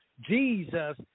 Jesus